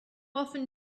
often